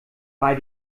bei